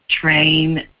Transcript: train